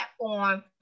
platform